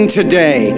today